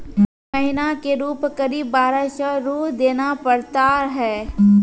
महीना के रूप क़रीब बारह सौ रु देना पड़ता है?